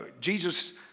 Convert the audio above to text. Jesus